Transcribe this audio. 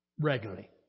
Regularly